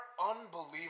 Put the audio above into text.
unbelievable